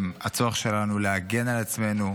הצורך שלנו להגן על עצמנו,